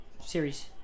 series